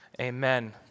amen